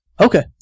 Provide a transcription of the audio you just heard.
Okay